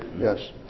yes